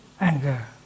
anger